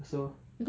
so